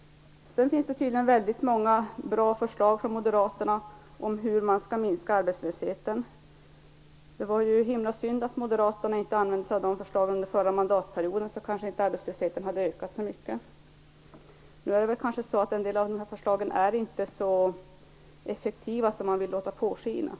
Det finns tydligen väldigt många bra förslag från Det var himla synd att Moderaterna inte använde sig av de förslagen under den förra mandatperioden. Då kanske inte arbetslösheten hade ökat så mycket. En del av dessa förslag kanske inte är så effektiva som Moderaterna vill låta påskina.